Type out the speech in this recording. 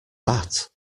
that